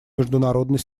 международной